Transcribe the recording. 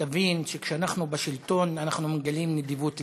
שתבין שכשאנחנו בשלטון אנחנו מגלים נדיבות לב.